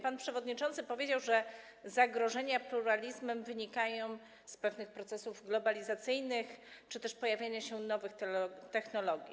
Pan przewodniczący powiedział, że zagrożenia dla pluralizmu wynikają z pewnych procesów globalizacyjnych czy też z pojawiania się nowych technologii.